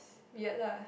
weird lah